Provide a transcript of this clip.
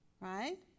right